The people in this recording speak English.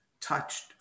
touched